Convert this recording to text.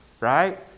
right